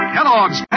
Kellogg's